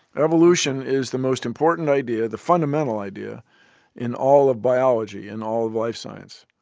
evolution is the most important idea the fundamental idea in all of biology and all of life science.